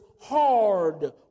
hard